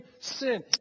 sin